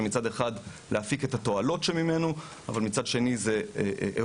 כך שמצד אחד נפיק את התועלות ממנו אבל מצד שני זה אירוע